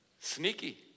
sneaky